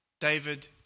David